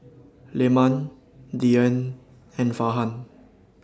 Leman Dian and Farhan